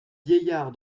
vieillard